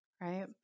right